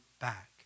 back